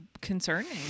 concerning